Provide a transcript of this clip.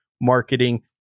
marketing